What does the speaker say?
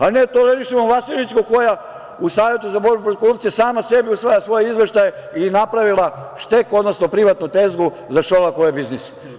A ne da tolerišemo Vasilićku koja u Savetu za borbu protiv korupcije sama sebi usvaja svoje izveštaje i napravila je štek, odnosno privatnu tezgu za Šolakove biznise.